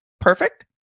Perfect